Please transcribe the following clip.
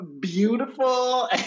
beautiful